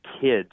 kids